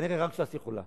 כנראה רק ש"ס יכולה